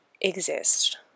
exist